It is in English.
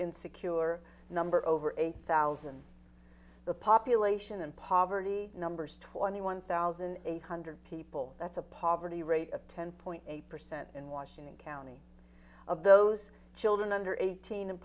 insecure number over eight thousand the population and poverty numbers twenty one thousand eight hundred people that's a poverty rate of ten point eight percent in washington county of those children under eighteen